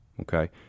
Okay